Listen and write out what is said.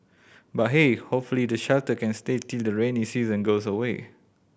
but hey hopefully the shelter can stay till the rainy season goes away